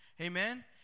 Amen